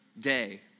day